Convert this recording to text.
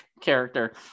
character